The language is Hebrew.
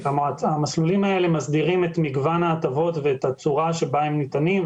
המסלולים האלה מסדירים את מגוון ההטבות ואת הצורה בה הם ניתנים,